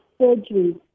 surgery